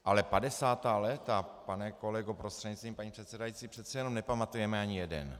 Ale padesátá léta, pane kolego prostřednictvím paní předsedající, přece jenom nepamatujeme ani jeden.